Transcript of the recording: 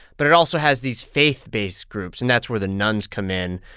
but it also has these faith-based groups, and that's where the nuns come in.